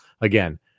Again